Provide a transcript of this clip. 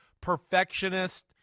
perfectionist